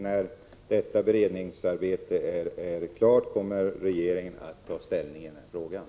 När detta beredningsarbete är klart kommer regeringen att ta ställning i den här frågan.